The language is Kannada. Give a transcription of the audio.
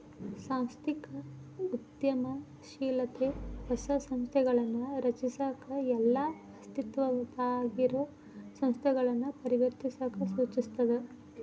ಸಾಂಸ್ಥಿಕ ಉದ್ಯಮಶೇಲತೆ ಹೊಸ ಸಂಸ್ಥೆಗಳನ್ನ ರಚಿಸಕ ಇಲ್ಲಾ ಅಸ್ತಿತ್ವದಾಗಿರೊ ಸಂಸ್ಥೆಗಳನ್ನ ಪರಿವರ್ತಿಸಕ ಸೂಚಿಸ್ತದ